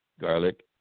garlic